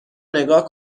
نگاه